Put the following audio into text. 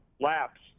laps